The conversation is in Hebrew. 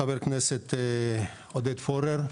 חבר הכנסת עודד פורר,